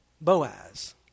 Boaz